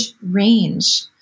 range